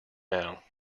now